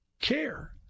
care